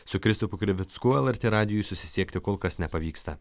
su kristupu krivicku lrt radijui susisiekti kol kas nepavyksta